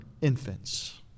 infants